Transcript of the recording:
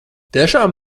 tiešām